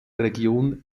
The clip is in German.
region